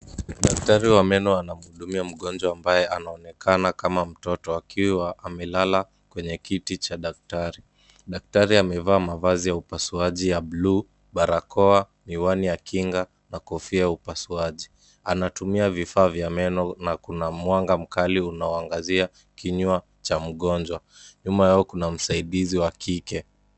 Daktari wa meno anamhudumia mgonjwa ambaye anayeonekana kama mtoto akiwa amelala kwenye kiti cha daktari . Daktari amevaa mavazi ya upasuaji ya buluu, barakoa , miwani ya kinga na kofia ya upasuaji . Anatumia vifaa vya meno na kuna mwanga mkali unaoangazia kinywa cha mgonjwa ,nyuma yao kuna msaidizi wa kike.